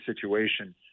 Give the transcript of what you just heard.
situation